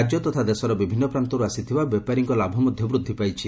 ରାକ୍ୟ ତଥା ଦେଶର ବିଭିନ୍ନ ପ୍ରାନ୍ତରୁ ଆସିଥିବା ବେପାରୀଙ୍କ ଲାଭ ମଧ୍ଧ ବୃଦ୍ଧି ପାଇଛି